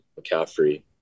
McCaffrey